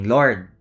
Lord